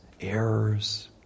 errors